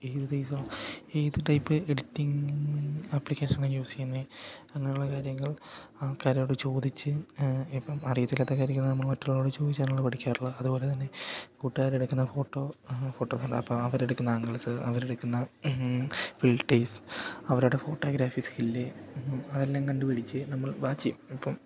ഏത് ഇതാ ഏത് ടൈപ്പ് എഡിറ്റിങ്ങ് ആപ്ലിക്കേഷനാ യൂസ് ചെയ്യുന്നത് അങ്ങനെയുള്ള കാര്യങ്ങൾ ആൾക്കാരോട് ചോദിച്ച് ഇപ്പം അറിയത്തില്ലാത്ത കാര്യങ്ങൾ നമ്മൾ മറ്റുള്ളവരോട് ചോദിച്ചാണല്ലോ പഠിക്കാറുള്ളത് അതുപോലെത്തന്നെ കൂട്ടുകാരെടുക്കുന്ന ഫോട്ടോ ഫോട്ടോസ് ഉണ്ട് അപ്പം അവരെടുക്കുന്ന ആങ്കിൾസ് അവരെടുക്കുന്ന ഫിൽറ്റേഴ്സ് അവരുടെ ഫോട്ടോഗ്രാഫി സ്കില്ല് അതെല്ലാം കണ്ട് പിടിച്ച് നമ്മൾ വാച്ച് ചെയ്യും ഇപ്പം